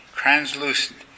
translucent